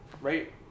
Right